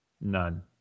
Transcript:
None